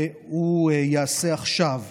והוא ייעשה עכשיו.